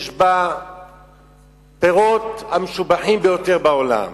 יש בה פירות, המשובחים ביותר בעולם,